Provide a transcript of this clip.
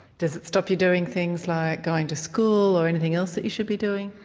does it stop you doing things like going to school or anything else that you should be doing?